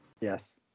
Yes